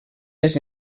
les